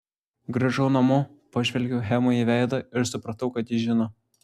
grįžau namo pažvelgiau hemai į veidą ir supratau kad ji žino